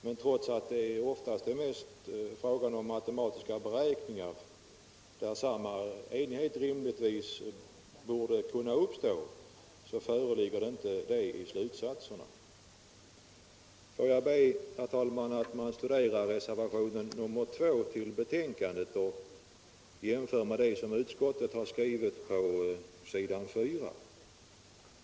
Men trots att det sedan mest är fråga om matematiska beräkningar, där samma enighet rimligtvis borde kunna uppstå, föreligger det inte någon sådan enighet i fråga om slutsatserna. Får jag be, herr talman, att man studerar reservationen 2 vid civilutskottets betänkande nr 23 och jämför med det som utskottsmajoriteten har skrivit på s. 4.